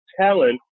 talent